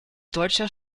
deutscher